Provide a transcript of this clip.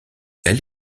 elle